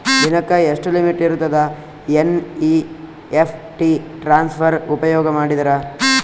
ದಿನಕ್ಕ ಎಷ್ಟ ಲಿಮಿಟ್ ಇರತದ ಎನ್.ಇ.ಎಫ್.ಟಿ ಟ್ರಾನ್ಸಫರ್ ಉಪಯೋಗ ಮಾಡಿದರ?